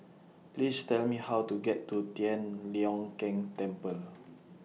Please Tell Me How to get to Tian Leong Keng Temple